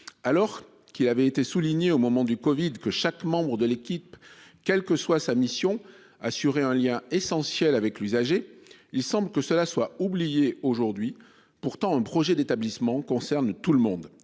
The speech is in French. Alors qu'il avait été souligné au moment de l'épidémie de covid-19 que chaque membre de l'équipe, quelle que soit sa mission, assurait un lien essentiel avec l'usager, il semble que cela soit aujourd'hui oublié- pourtant, un projet d'établissement concerne tout le monde.